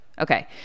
Okay